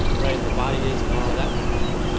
right? the body isn't all that type of stuff.